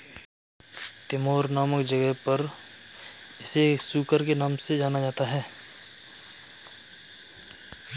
Timor नामक जगह पर इसे सुकर के नाम से जाना जाता है